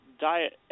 diet